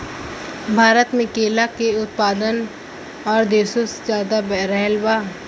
भारत मे केला के उत्पादन और देशो से ज्यादा रहल बा